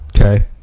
Okay